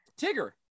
tigger